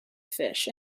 fish